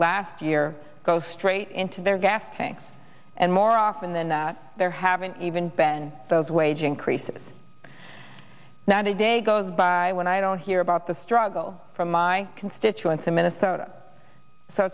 last year goes straight into their gas tanks and more often than that there haven't even been those wage increases not a day goes by when i don't hear about the struggle from my constituents in minnesota so